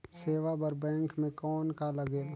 सेवा बर बैंक मे कौन का लगेल?